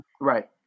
Right